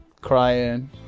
crying